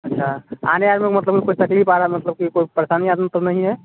अच्छा आने वाले मतलब कोई तकलीफ आ रहा है मतलब की कोई परेशानी आनी तो नहीं है